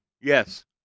Yes